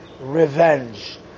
revenge